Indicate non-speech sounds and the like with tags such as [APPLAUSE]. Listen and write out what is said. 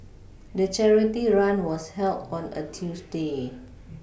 the charity run was held on a Tuesday [NOISE]